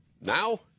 Now